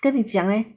跟你讲 eh